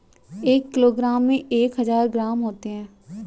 एक किलोग्राम में एक हज़ार ग्राम होते हैं